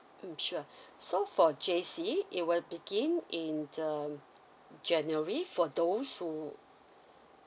mmhmm sure so for J_C it will begin in the january for those who